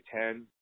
ten